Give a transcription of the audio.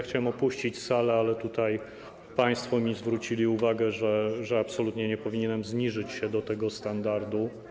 Chciałem opuścić salę, ale tutaj państwo zwrócili mi uwagę, że absolutnie nie powinienem zniżyć się do tego standardu.